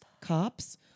cops